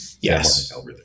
Yes